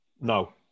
no